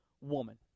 woman